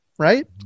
Right